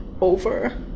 over